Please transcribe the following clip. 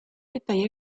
dettagli